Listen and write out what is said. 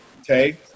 Okay